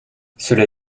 cela